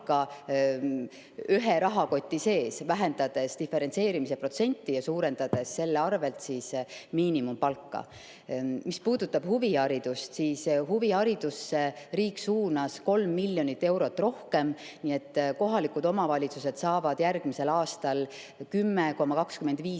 ühe rahakoti sees, vähendades diferentseerimise protsenti ja suurendades selle abil siis miinimumpalka. Mis puudutab huviharidust, siis huviharidusse riik suunas 3 miljonit eurot rohkem. Kohalikud omavalitsused saavad järgmisel aastal 10,25